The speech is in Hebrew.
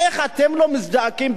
איך אתם לא מזדעקים,